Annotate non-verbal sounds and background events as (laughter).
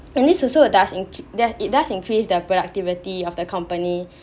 and this also does incr~ do~ it does increase the productivity of the company (breath)